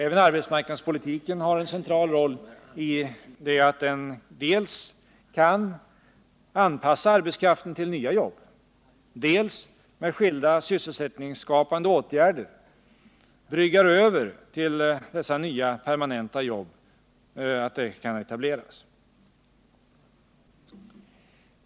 Även arbetsmarknadspolitiken har en central roll i det att den dels kan anpassa arbetskraften till nya jobb, dels med skilda sysselsättningsskapande åtgärder bryggar över till dess nya permanenta jobb kan etableras.